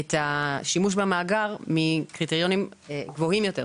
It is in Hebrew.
את השימוש במאגר מקריטריונים גבוהים יותר.